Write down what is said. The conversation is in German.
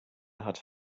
hat